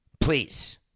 Please